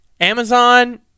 Amazon